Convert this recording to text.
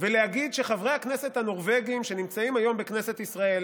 ולהגיד שחברי הכנסת הנורבגים שנמצאים היום בכנסת ישראל,